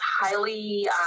highly